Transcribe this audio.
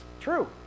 true